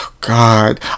God